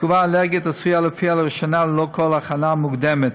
התגובה האלרגית עשויה להופיע לראשונה ללא כל הכנה מוקדמת.